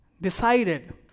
decided